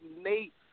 nate